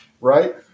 Right